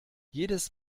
jedes